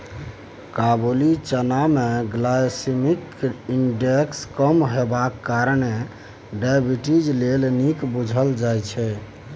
काबुली चना मे glycaemic index कम हेबाक कारणेँ डायबिटीज लेल नीक बुझल जाइ छै